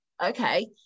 okay